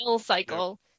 cycle